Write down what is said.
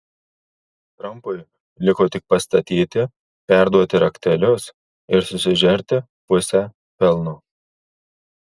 trampui liko tik pastatyti perduoti raktelius ir susižerti pusę pelno